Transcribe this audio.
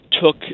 took